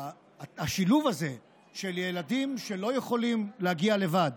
השילוב הזה של ילדים שלא יכולים להגיע לבד